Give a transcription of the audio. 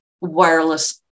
wireless